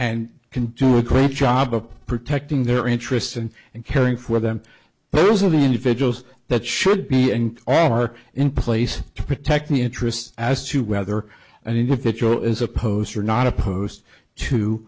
and can do a great job of protecting their interests and and caring for them but those are the individuals that should be end all are in place to protect the interests as to whether an individual is oppose or not opposed to